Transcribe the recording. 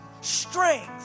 strength